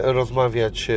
rozmawiać